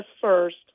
first—